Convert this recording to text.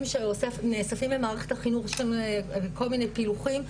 שנאספים במערכת החינוך וכל מיני פילוחים,